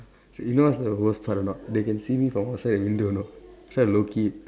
you know what's the worst part or not they can see me from outside the window you know so I low key